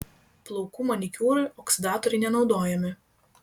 plaukų manikiūrui oksidatoriai nenaudojami